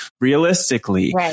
realistically